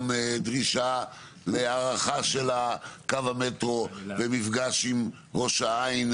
דרישה להארכה של קו המטרו במפגש עם ראש העין,